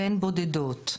והן בודדות.